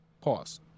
Pause